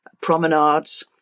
promenades